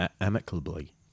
amicably